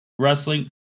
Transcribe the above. wrestling